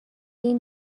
این